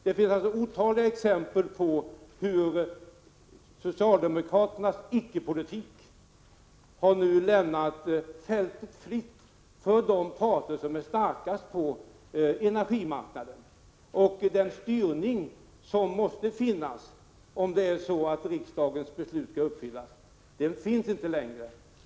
Det finns otaliga exempel på hur socialdemokraternas icke-politik har lämnat fältet fritt för de parter som är starkast på energimarknaden. Den styrning som måste finnas, om riksdagens beslut skall uppfyllas, finns inte längre.